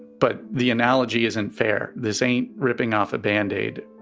but the analogy isn't fair. this ain't ripping off a band-aid.